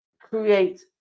create